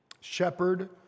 shepherd